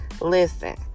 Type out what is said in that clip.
listen